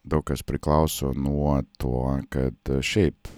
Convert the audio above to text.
daug kas priklauso nuo tuo kad šiaip